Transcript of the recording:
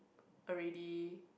already